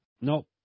No